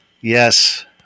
Yes